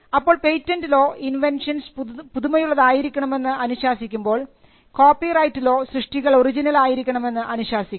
അപ്പോൾ patent law inventions പുതുമയുള്ളതായിരിക്കണമെന്ന് അനുശാസിക്കുമ്പോൾ കോപ്പിറൈറ്റ് ലോ സൃഷ്ടികൾ ഒറിജിനൽ ആയിരിക്കണമെന്ന് അനുശാസിക്കുന്നു